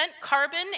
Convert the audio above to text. carbon